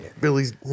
Billy's